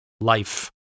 life